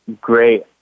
Great